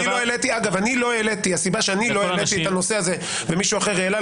הסיבה שאני לא העליתי את הנושא הזה ומישהו אחר העלה,